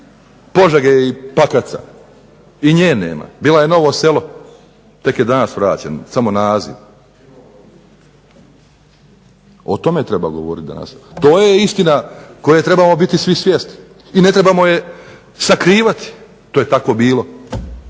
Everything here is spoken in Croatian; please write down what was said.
Požege i Pakraca i nje nema. Bila je Novo selo. Tek je danas vraćen samo naziv. O tome treba govoriti danas. To je istina koje trebamo biti svi svjesni i ne trebamo je sakrivati. To je tako bilo.